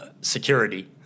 security